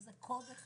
איזה קוד.